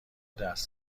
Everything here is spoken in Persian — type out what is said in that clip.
دست